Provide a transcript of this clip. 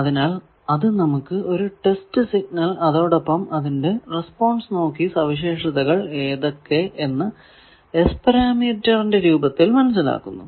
അത് നമുക്ക് ഒരു ടെസ്റ്റ് സിഗ്നൽ അതോടൊപ്പം അതിന്റെ റെസ്പോൺസ് നോക്കി സവിശേഷതകൾ ഏതൊക്കെ എന്ന് S പരാമീറ്ററിന്റെ രൂപത്തിൽ മനസിലാക്കാം